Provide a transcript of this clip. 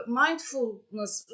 mindfulness